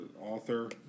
author